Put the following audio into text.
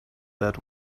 that